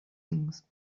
things